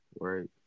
Right